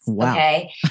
Okay